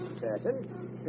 certain